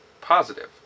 positive